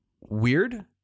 weird